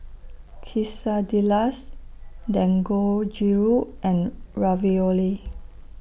Quesadillas Dangojiru and Ravioli